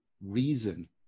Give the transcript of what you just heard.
reason